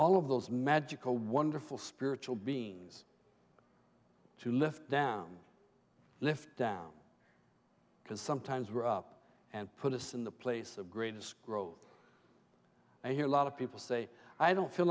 all of those magical wonderful spiritual beings to lift down lift down because sometimes we're up and put us in the place of greatest growth i hear a lot of people say i don't feel